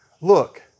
Look